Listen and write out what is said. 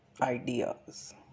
ideas